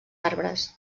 arbres